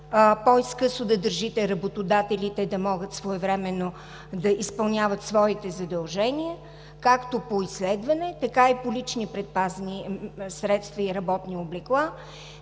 По-изкъсо да държите работодателите да могат своевременно да изпълняват своите задължения, както по изследване, така и по лични предпазни средства и работни облекла.